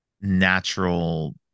natural